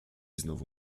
znowu